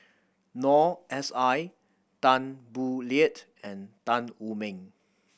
Noor S I Tan Boo Liat and Tan Wu Meng